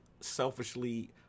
selfishly